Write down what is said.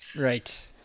Right